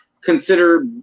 consider